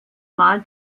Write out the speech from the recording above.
mal